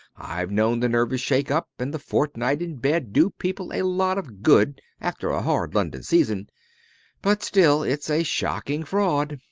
ive known the nervous shake-up and the fortnight in bed do people a lot of good after a hard london season but still it's a shocking fraud.